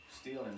stealing